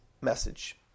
message